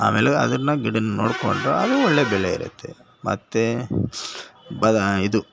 ಆಮೇಲೆ ಅದನ್ನು ಗಿಡ ನೋಡಿಕೊಂಡು ಅದು ಒಳ್ಳೆಯ ಬೆಲೆ ಇರುತ್ತೆ ಮತ್ತೆ ಬ ಇದು